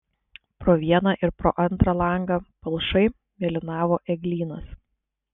pro vieną ir pro antrą langą palšai mėlynavo eglynas